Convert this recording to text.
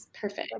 Perfect